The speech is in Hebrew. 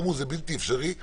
אמרו שזה בלתי אפשרי,